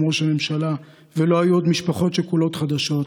ראש הממשלה ולא היו עוד משפחות שכולות חדשות,